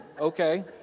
okay